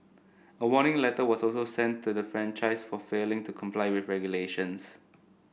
a warning letter was also sent to the franchisee for failing to comply with regulations